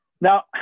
Now